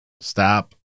stop